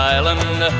Island